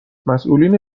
مسئولین